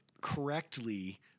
correctly